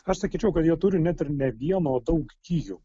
aš sakyčiau kad jie turi net ir ne vieną o daug gijų